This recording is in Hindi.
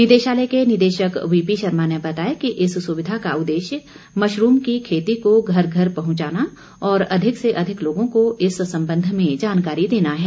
निदेशालय के निदेशक वीपी शर्मा ने बताया कि इस सुविधा का उद्देश्य मशरूम की खेती को घर घर पहुंचाना और अधिक से अधिक लोगों को इस संबंध में जानकारी देना है